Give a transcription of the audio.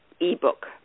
ebook